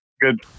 good